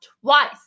twice